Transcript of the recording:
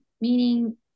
meaning